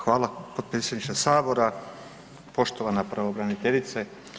Hvala potpredsjedniče sabora, poštovana pravobraniteljice.